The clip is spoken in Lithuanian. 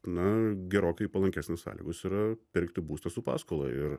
na gerokai palankesnės sąlygos yra pirkti būstą su paskola ir